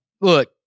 Look